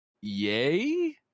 Yay